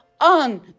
on